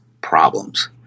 problems